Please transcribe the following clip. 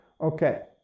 Okay